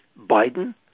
Biden